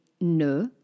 ne